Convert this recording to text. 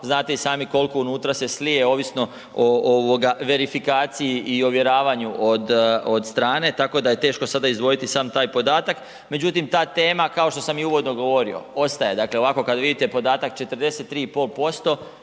znate i sami koliko unutra se slije ovisno o verifikaciji i ovjeravanju od strane, tako da je teško sada izdvojiti sam taj podatak. Međutim, ta tema kao što i uvodno govorio, ostaje. Dakle, ovako kad vidite podatak 43,5%